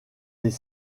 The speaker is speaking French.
les